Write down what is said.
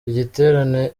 igiterane